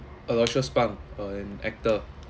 aloysius pang uh an actor